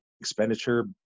expenditure